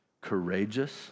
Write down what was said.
courageous